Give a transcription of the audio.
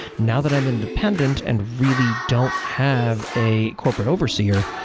now that i'm independent and really don't have a corporate overseer,